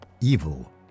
evil